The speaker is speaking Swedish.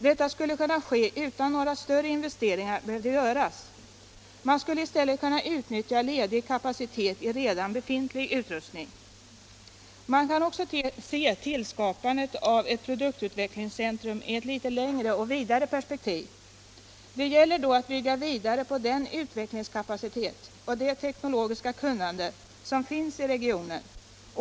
Det skulle kunna ske utan att några större investeringar behövde göras. Man skulle i stället kunna utnyttja ledig kapacitet i redan befintlig utrustning. Man kan också se tillskapandet av ett produktutvecklingscentrum i ett litet längre och vidare perspektiv. Det gäller då att bygga vidare på den utvecklingskapacitet och det teknologiska kunnande som finns i regionen.